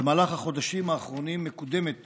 במהלך החודשים האחרונים מקודמת